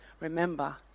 Remember